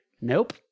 Nope